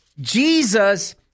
Jesus